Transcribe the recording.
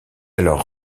alors